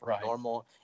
normal